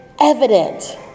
evident